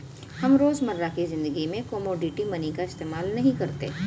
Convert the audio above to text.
हम रोजमर्रा की ज़िंदगी में कोमोडिटी मनी का इस्तेमाल नहीं करते